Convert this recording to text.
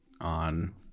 on